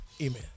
Amen